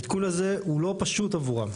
העדכון הזה הוא לא פשוט עבורם.